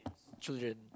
children